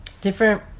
Different